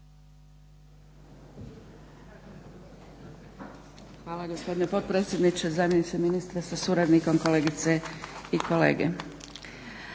Hvala gospodine potpredsjedniče, zamjeniče ministra sa suradnikom, kolegice i kolege.